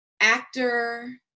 actor